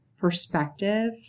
perspective